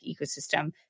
ecosystem